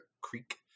creek